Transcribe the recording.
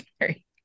sorry